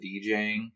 DJing